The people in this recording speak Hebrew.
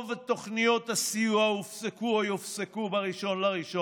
רוב תוכניות הסיוע הופסקו או יופסקו ב-1 בינואר,